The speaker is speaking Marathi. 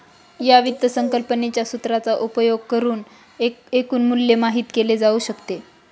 या वित्त संकल्पनेच्या सूत्राचा उपयोग करुन एकूण मूल्य माहित केले जाऊ शकते